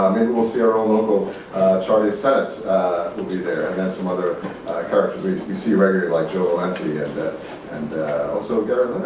maybe we'll see our own local charlie sennott will be there and then some other characters we see regularly like joel lemke and and also garrett